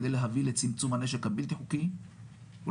כדי להביא לצמצום הנשק הבלתי חוקי ולחיזוק